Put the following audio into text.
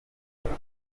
bamwe